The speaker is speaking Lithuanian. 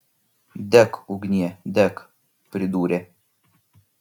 dek ugnie dek pridūrė